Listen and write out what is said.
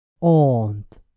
aunt